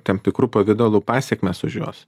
tam tikru pavidalu pasekmes už juos